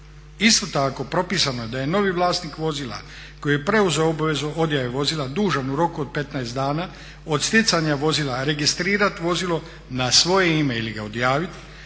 Isto tako propisano je da je novi vlasnik vozila koji je preuzeo obavezu odjave vozila dužan u roku od 15 dana od stjecanja vozila registrirati vozilo na voje ime ili ga odjaviti,